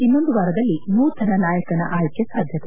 ಇನ್ನೊಂದು ವಾರದಲ್ಲಿ ನೂತನ ನಾಯಕನ ಆಯ್ಲೆ ಸಾಧ್ಯತೆ